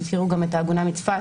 יש גם את העגונה מצפת.